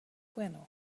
bueno